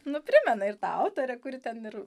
nu primena ir ta autorė kuri ten ir